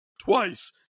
twice